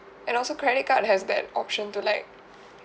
and also credit card has that option to like